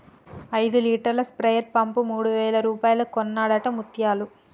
ఐదు లీటర్ల sprayer pump మూడు వేల రూపాయలకు కొన్నడట ముత్యాలు